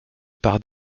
par